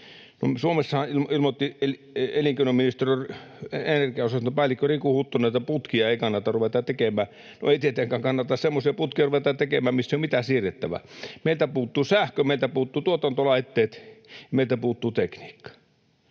Suomessahan ilmoitti elinkeinoministeriön energiaosaston päällikkö Riku Huttunen, että putkia ei kannata ruveta tekemään. No, ei tietenkään kannata semmoisia putkia ruveta tekemään, missä ei ole mitään siirrettävää. Meiltä puuttuu sähkö, meiltä puuttuvat tuotantolaitteet, meiltä puuttuu tekniikka.